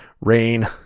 rain